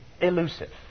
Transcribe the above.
elusive